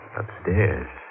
upstairs